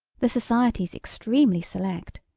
the society's extremely select.